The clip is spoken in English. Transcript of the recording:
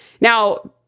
now